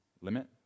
limit